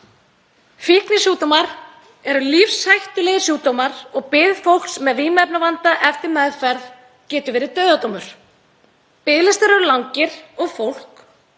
Fíknisjúkdómar eru lífshættulegir sjúkdómar og bið fólks með vímuefnavanda eftir meðferð getur verið dauðadómur, biðlistar eru langir og fólk,